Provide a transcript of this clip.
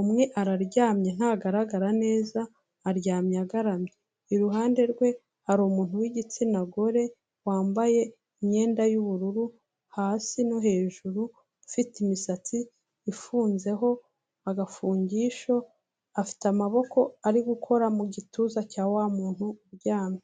umwe araryamye ntagaragara neza, aryamye agaramye. Iruhande rwe hari umuntu w'igitsina gore, wambaye imyenda y'ubururu hasi no hejuru, ufite imisatsi ifunzeho agafungishasho, afite amaboko ari gukora mu gituza cya wa muntu uryamye.